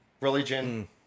religion